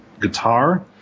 guitar